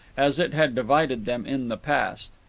as it had divided them in the past.